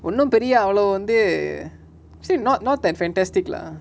ஒன்னு பெரிய அவளோ வந்து:onnu periya avalo vanthu see not not that fantastic lah